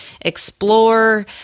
explore